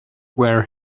where